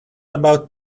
about